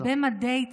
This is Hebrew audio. במדי צה"ל,